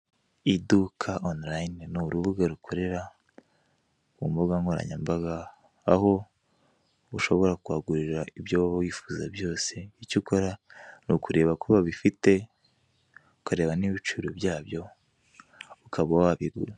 Iduka Onulayini ni urubuga rukorera ku mbuga nkoranyambaga, aho ushobora kuhagurira ibyo waba wifuza byose. Icyo ukora ni ukureba ko babifite ukareba n'ibiciro byabyo ukaba wabigura.